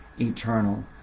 eternal